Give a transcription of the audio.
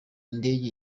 ndege